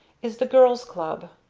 is the girl's club.